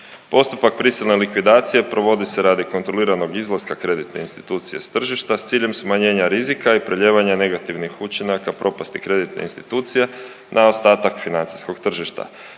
Postupak prisilne likvidacije provodi se radi kontroliranog izlaska kreditne institucije s tržišta s ciljem smanjenja rizika i prelijevanja negativnih učinaka propasti kreditne institucije na ostatak financijskog tržišta.